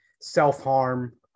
self-harm